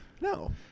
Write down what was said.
no